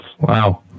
Wow